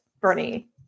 Bernie